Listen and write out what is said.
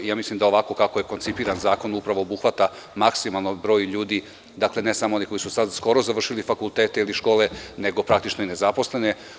Ja mislim da ovako kako je koncipiran zakon upravo obuhvata maksimalan broj ljudi, ne samo onih koji su sad skoro završili fakultete ili škole, nego praktično i nezaposlene.